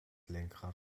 lenkrad